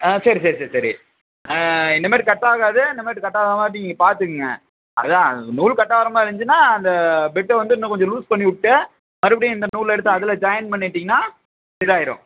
ஆ சரி சரி சரி சரி இனிமேல் கட்டாகாது இனிமேட்டு கட்டாகாதமாட்டிக்கி நீங்கள் பார்த்துக்கங்க அது தான் நூல் கட்டாகுற மாதிரி இருந்துச்சுனால் அந்த பெட்டை வந்து இன்னும் கொஞ்சம் லூஸ் பண்ணி விட்டு மறுபடியும் இந்த நூலை எடுத்து அதில் ஜாயின் பண்ணிட்டிங்கன்னால் இதாயிடும்